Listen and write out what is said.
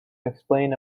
explain